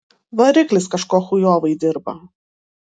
variklis kažko chujovai dirba